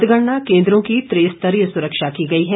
मतगणना केन्द्रों की त्रिस्तरीय सुरक्षा की गई है